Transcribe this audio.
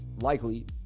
likely